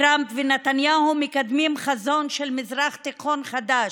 טראמפ ונתניהו מקדמים חזון של מזרח תיכון חדש.